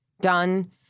done